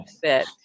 fit